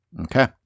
Okay